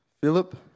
Philip